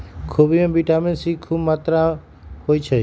खोबि में vitamin C खूब मत्रा होइ छइ